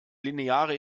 lineare